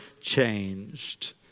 changed